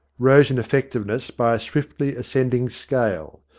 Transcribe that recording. rose in effectiveness by a swiftly ascending scale.